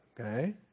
okay